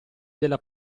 della